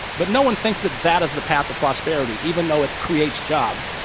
but no one thinks that, that is the path to prosperity, even though it creates jobs.